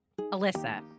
Alyssa